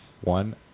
One